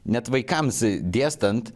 net vaikams dėstant